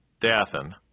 Dathan